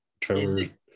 Trevor